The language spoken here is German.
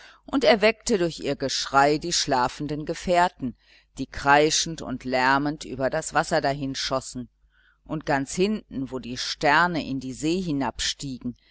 und erweckte durch ihr geschrei die schlafenden gefährten die kreischend und lärmend über das wasser dahinschossen und ganz hinten wo die sterne in die see